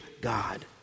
God